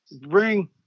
bring